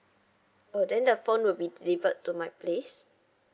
uh then the phone will be delivered to my place